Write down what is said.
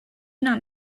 not